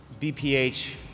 BPH